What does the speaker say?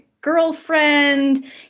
girlfriend